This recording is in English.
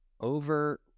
over